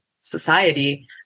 society